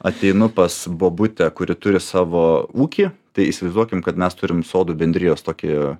ateinu pas bobutę kuri turi savo ūkį tai įsivaizduokim kad mes turim sodų bendrijos tokį